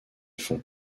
fonds